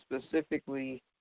specifically